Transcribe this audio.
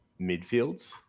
midfields